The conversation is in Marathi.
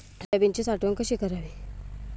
सोयाबीनची साठवण कशी करावी?